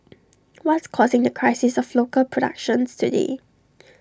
what's causing the crisis of local productions today